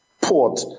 port